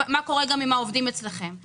ומה קורה עם העובדים אצלכם,